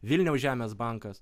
vilniaus žemės bankas